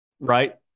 Right